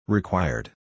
Required